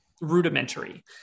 rudimentary